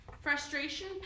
Frustration